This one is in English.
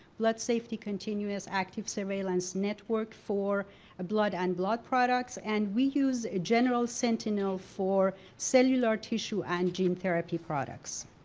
blood safety continuous active-surveillance network for ah blood and blood products and we use general sentinel for cellular tissue and gene therapy products.